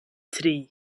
tri